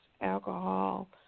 alcohol